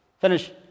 Finish